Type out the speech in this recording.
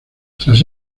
tras